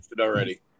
already